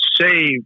save